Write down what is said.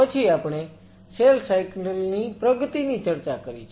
પછી આપણે cell cycle ની પ્રગતિની ચર્ચા કરી છે